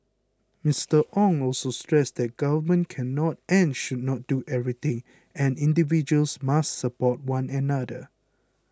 Mister Ong also stressed the Government cannot and should not do everything and individuals must support one another